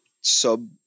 sub